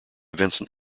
vincent